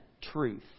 truth